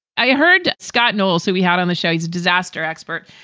i heard scott knowall so we had on the show. he's a disaster expert.